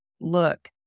look